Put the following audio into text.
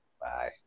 Bye